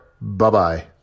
Bye-bye